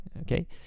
okay